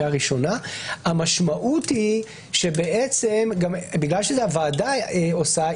המשמעות היא שבגלל שהוועדה עושה,